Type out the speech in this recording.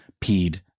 peed